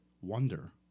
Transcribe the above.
Wonder